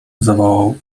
zawołał